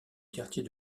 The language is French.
quartier